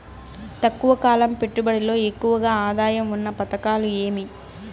తక్కువ కాలం పెట్టుబడిలో ఎక్కువగా ఆదాయం ఉన్న పథకాలు ఏమి?